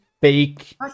Fake